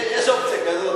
יש אופציה כזאת.